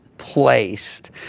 placed